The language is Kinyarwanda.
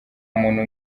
muntu